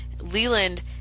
Leland